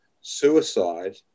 suicide